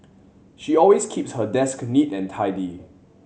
she always keeps her desk neat and tidy